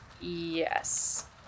yes